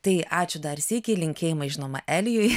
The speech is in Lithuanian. tai ačiū dar sykį linkėjimai žinoma elijui